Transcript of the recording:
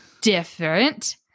different